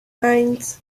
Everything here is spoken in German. eins